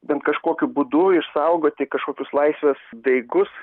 bent kažkokiu būdu išsaugoti kažkokius laisvės daigus